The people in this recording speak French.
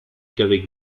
qu’avec